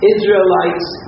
Israelites